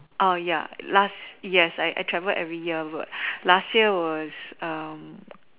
orh ya last yes I I travel every year but last year was um